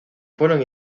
fueron